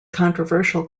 controversial